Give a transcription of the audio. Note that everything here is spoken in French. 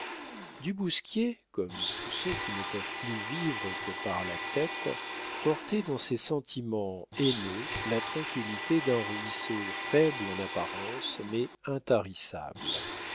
du bousquier comme tous ceux qui ne peuvent plus vivre que par la tête portait dans ses sentiments haineux la tranquillité d'un ruisseau faible en apparence mais intarissable